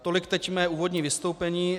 Tolik teď mé úvodní vystoupení.